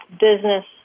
business